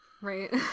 Right